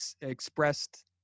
expressed